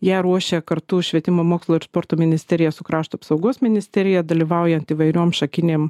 ją ruošia kartu švietimo mokslo ir sporto ministerija su krašto apsaugos ministerija dalyvaujant įvairiom šakinėm